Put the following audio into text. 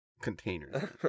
containers